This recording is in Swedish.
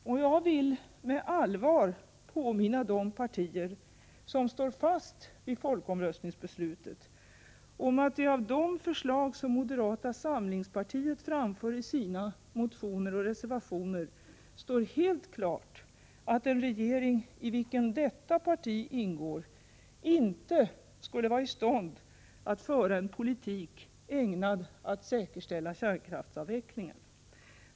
Och jag vill med allvar påminna de partier som står fast vid folkomröstningsbeslutet om att det av de förslag som moderata samlingspartiet framför i sina motioner och reservationer står helt klart att en regering i vilken detta parti ingår inte skulle vara i stånd att föra en politik ägnad att säkerställa kärnkraftsavvecklingen.